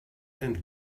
and